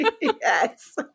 Yes